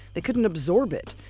they couldn't absorb it.